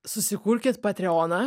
susikurkit patreoną